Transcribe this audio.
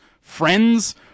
friends